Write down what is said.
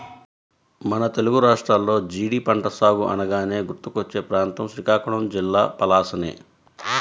మన తెలుగు రాష్ట్రాల్లో జీడి పంట సాగు అనగానే గుర్తుకొచ్చే ప్రాంతం శ్రీకాకుళం జిల్లా పలాసనే